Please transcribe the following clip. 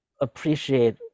appreciate